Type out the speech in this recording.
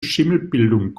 schimmelbildung